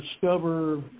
discover